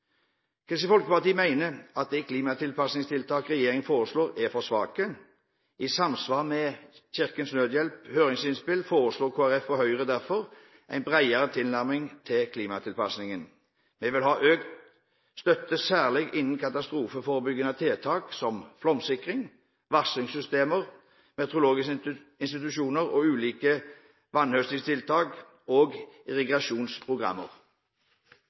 Kristelig Folkeparti mener at de klimatilpasningstiltak regjeringen foreslår, er for svake. I samsvar med Kirkens Nødhjelps høringsinnspill foreslår Kristelig Folkeparti og Høyre derfor en bredere tilnærming til klimatilpasning. Vi vil ha økt støtte særlig innen katastrofeforebyggende tiltak som flomsikring, varslingssystemer, meteorologiske institusjoner og ulike vannhøstingstiltak og irrigasjonsprogrammer.